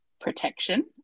protection